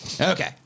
okay